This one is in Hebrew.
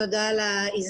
תודה על ההזדמנות.